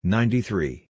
Ninety-three